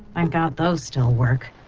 and god those still work.